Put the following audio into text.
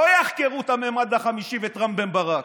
לא יחקרו את המימד החמישי ואת רם בן ברק,